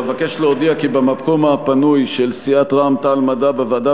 אבקש להודיע כי במקום הפנוי של סיעת רע"ם-תע"ל-מד"ע בוועדה